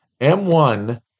M1